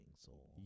soul